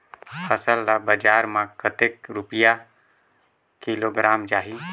फसल ला बजार मां कतेक रुपिया किलोग्राम जाही?